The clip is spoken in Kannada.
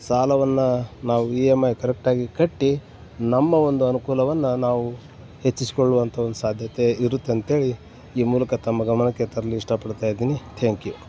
ಸಾಲವನ್ನು ನಾವು ಇ ಎಮ್ ಐ ಕರೆಕ್ಟಾಗಿ ಕಟ್ಟಿ ನಮ್ಮ ಒಂದು ಅನುಕೂಲವನ್ನು ನಾವು ಹೆಚ್ಚಿಸಿಕೊಳ್ಳುವಂಥ ಒಂದು ಸಾಧ್ಯತೆ ಇರುತ್ತೆ ಅಂತ ಹೇಳಿ ಈ ಮೂಲಕ ತಮ್ಮ ಗಮನಕ್ಕೆ ತರಲು ಇಷ್ಟಪಡ್ತಾ ಇದ್ದೀನಿ ಥ್ಯಾಂಕ್ ಯು